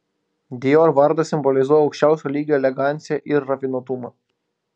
dior vardas simbolizuoja aukščiausio lygio eleganciją ir rafinuotumą